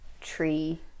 tree